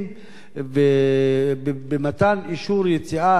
במתן אישור יציאה לטיולים,